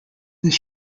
this